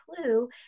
clue